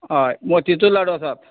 हय मोतीचूर लाडू आसात